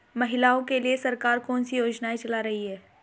महिलाओं के लिए सरकार कौन सी योजनाएं चला रही है?